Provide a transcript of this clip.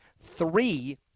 three